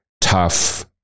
tough